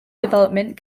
development